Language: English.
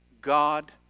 God